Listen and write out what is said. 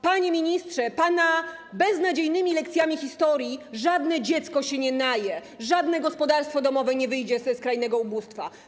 Panie ministrze, pana beznadziejnymi lekcjami historii żadne dziecko się nie naje, żadne gospodarstwo domowe nie wyjdzie ze skrajnego ubóstwa.